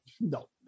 no